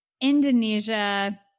Indonesia